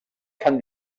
fan